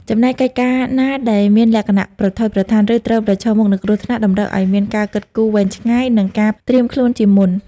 ចំណែកកិច្ចការណាដែលមានលក្ខណៈប្រថុយប្រថាន ឬត្រូវប្រឈមមុខនឹងគ្រោះថ្នាក់ តម្រូវឱ្យមានការគិតគូរវែងឆ្ងាយ និងការត្រៀមខ្លួនជាមុន។